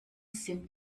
sind